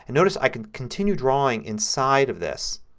and notice i can continue drawing inside of this